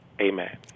Amen